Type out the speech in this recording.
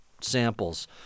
samples